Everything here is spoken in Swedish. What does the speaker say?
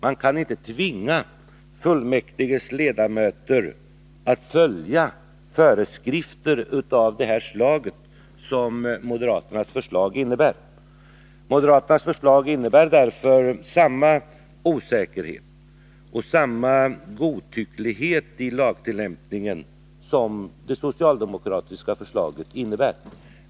Man kan inte tvinga fullmäktiges ledamöter att följa föreskrifter av det slag som moderaterna föreslår. Moderaternas förslag innebär samma osäkerhet och samma godtycklighet i lagtillämpningen som socialdemokraternas förslag innebär.